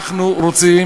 אנחנו רוצים